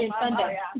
Sunday